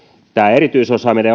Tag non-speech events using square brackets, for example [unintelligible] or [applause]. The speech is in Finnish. erityisosaaminen [unintelligible]